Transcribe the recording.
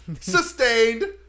sustained